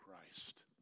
Christ